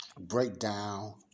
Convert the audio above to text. breakdown